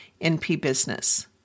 npbusiness